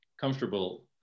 comfortable